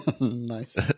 Nice